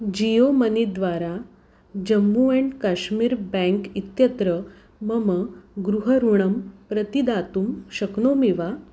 Jio money द्वारा Jammu and Kashmir bank इत्यत्र मम गृहऋणं प्रतिदातुं शक्नोमि वा